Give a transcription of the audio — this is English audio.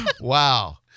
Wow